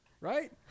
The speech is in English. right